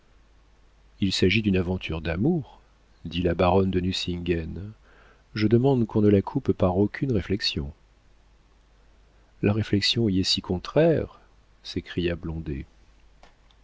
s'il s'agit d'une aventure d'amour dit la baronne de nucingen je demande qu'on ne la coupe par aucune réflexion la réflexion y est si contraire s'écria